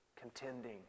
Contending